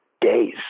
days